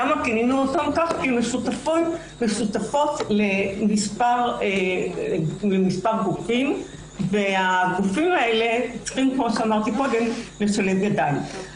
כי הן משותפות למספר גופים שצריכים לשלב ידיים.